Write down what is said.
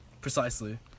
Precisely